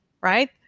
right